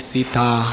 Sita